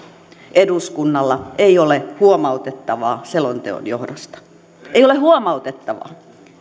eduskunnalla ei ole huomautettavaa selonteon johdosta ei ole huomautettavaa